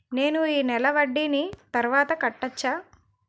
నేను ఈ నెల వడ్డీని తర్వాత కట్టచా?